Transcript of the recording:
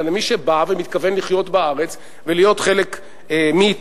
אלא למי שבא ומתכוון לחיות בארץ ולהיות חלק מאתנו.